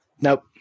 nope